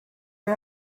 you